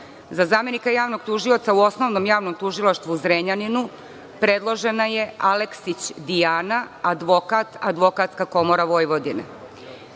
zamenika Javnog tužioca u Osnovnom javnom tužilaštvu u Zrenjaninu predložena je Aleksić Dijana, advokat, Advokatska komora Vojvodine.Za